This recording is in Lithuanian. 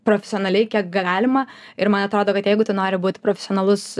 profesionaliai kiek galima ir man atrodo kad jeigu tu nori būt profesionalus